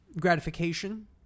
gratification